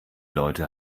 leute